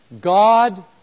God